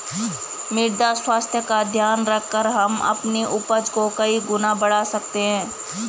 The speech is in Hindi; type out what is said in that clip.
मृदा स्वास्थ्य का ध्यान रखकर हम अपनी उपज को कई गुना बढ़ा सकते हैं